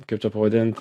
kaip čia pavadint